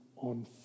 on